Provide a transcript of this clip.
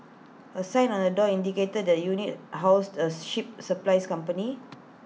A sign on the door indicated that the unit housed A ship supplies company